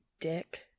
dick